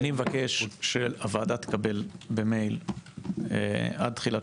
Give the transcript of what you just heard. אני מבקש שהוועדה תקבל במייל עד תחילת